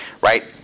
right